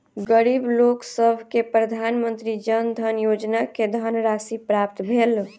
गरीब लोकसभ के प्रधानमंत्री जन धन योजना के धनराशि प्राप्त भेल